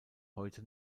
heute